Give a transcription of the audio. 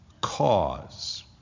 cause